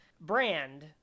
brand